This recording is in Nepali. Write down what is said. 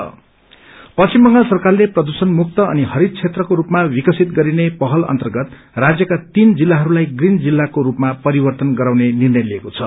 ग्रीम अर्डिडिक पश्चिम बंगाल सरकारले प्रदुषणमुक्त अनि हरित क्षेत्रको सपमा विकसित गरिने पहल अर्न्तगत राज्यका तीन जिल्लाहस्लाई ग्रीन जिल्लाको रूपमा परिवर्तन गराउने निर्णय लिएको छ